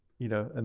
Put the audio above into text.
you know, and